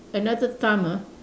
another time ah